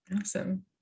Awesome